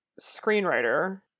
screenwriter